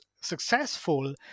successful